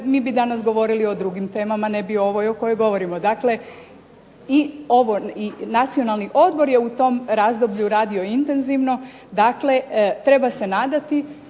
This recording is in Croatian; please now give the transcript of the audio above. mi bi danas govorili o drugim temama, ne bi o ovoj o kojoj govorimo, i Nacionalni odbor je u tom razdoblju radio intenzivno, dakle, treba se nadati